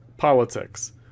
politics